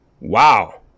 Wow